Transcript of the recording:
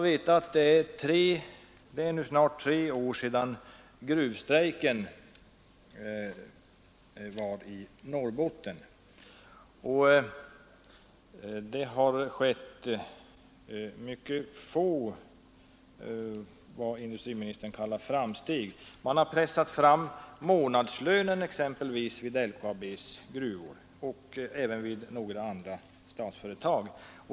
Det har nu snart gått tre år sedan den stora gruvstrejken i Norrbotten. Det har skett mycket få vad industriministern kallar framsteg. Man har pressat fram månadslön vid t.ex. LKAB:s gruvor liksom vid några andra statsföretag.